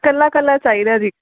ਇਕੱਲਾ ਇਕੱਲਾ ਚਾਹੀਦਾ ਜੀ